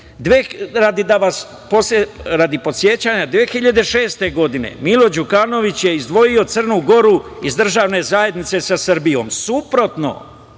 Gori. Podsećanja radi, 2006. godine, Milo Đukanović je izdvojio Crnu Goru iz državne zajednice sa Srbijom,